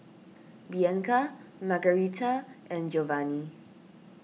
Bianca Margarita and Giovanny